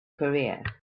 career